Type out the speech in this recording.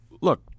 look